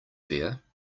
fair